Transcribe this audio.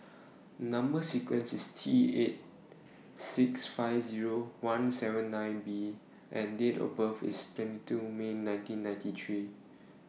Number sequence IS T eight six five Zero one seven nine B and Date of birth IS twenty two May nineteen ninety three